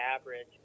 average